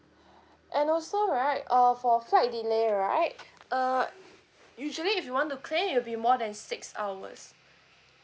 and also right uh for flight delay right uh usually if you want to claim it will be more than six hours